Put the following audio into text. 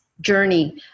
journey